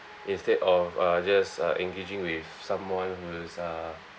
instead of uh just uh engaging with someone who's uh